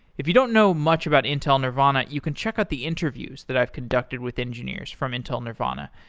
if you don't know much about intel nervana, you can check out the interviews that i've conducted with engineers from intel nervana,